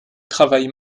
travaille